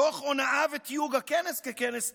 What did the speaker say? תוך הונאה ותיוג הכנס ככנס טרור.